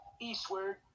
eastward